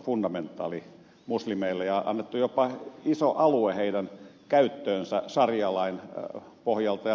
fundamentaalimuslimeille ja annettu jopa iso alue heidän käyttöönsä sharia lain pohjalta jnp